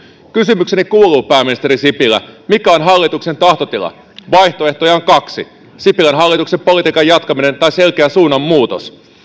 kysymykseni kuuluu pääministeri sipilä mikä on hallituksen tahtotila vaihtoehtoja on kaksi sipilän hallituksen politiikan jatkaminen tai selkeä suunnanmuutos